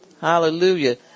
Hallelujah